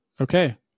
Okay